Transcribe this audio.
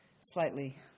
slightly